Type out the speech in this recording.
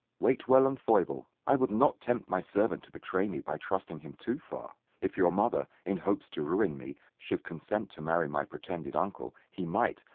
waitwell and foible. i would not tempt my servant to betray me by trusting him too far. if your mother, in hopes to ruin me, should consent to marry my pretended uncle, he might,